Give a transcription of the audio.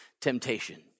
temptation